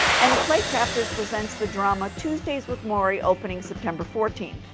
and playcrafters presents the drama tuesdays with morrie, opening september fourteenth.